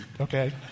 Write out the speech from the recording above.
Okay